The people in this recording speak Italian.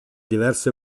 diverse